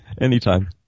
Anytime